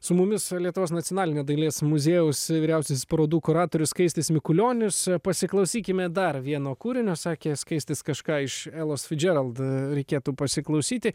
su mumis lietuvos nacionalinio dailės muziejaus vyriausiasis parodų kuratorius skaistis mikulionis pasiklausykime dar vieno kūrinio sakė skaistis kažką iš elos džerald reikėtų pasiklausyti